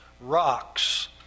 rocks